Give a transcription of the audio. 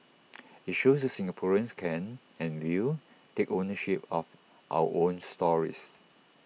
IT shows that Singaporeans can and will take ownership of our own stories